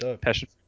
passion